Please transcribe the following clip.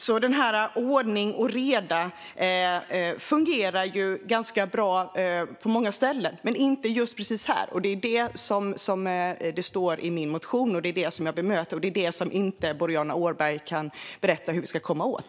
Det här med ordning och reda fungerar ganska bra på många ställen, men inte just när det gäller egenanställningarna. Det är detta det står om i min motion, och det är det som jag bemöter. Och det är det som Boriana Åberg inte kan berätta hur vi ska komma åt.